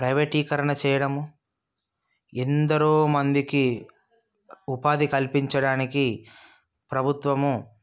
ప్రైవేటీకరణ చేయడం ఎందరో మందికి ఉపాధి కల్పించడానికి ప్రభుత్వము